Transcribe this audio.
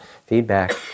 feedback